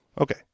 Okay